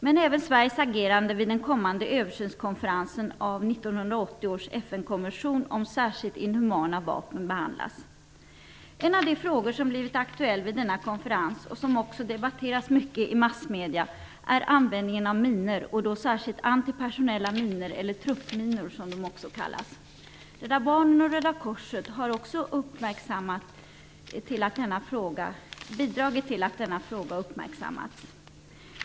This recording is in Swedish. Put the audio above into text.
Men även Sveriges agerande vid den kommande översynskonferensen med anledning av En av de frågor som blivit aktuell vid denna konferens och som också debatteras mycket i massmedierna är frågan om användningen av minor, och då särskilt av antipersonella minor -- eller truppminor, som de också kallas. Rädda barnen och Röda korset har också bidragit till att denna fråga uppmärksammats.